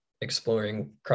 exploring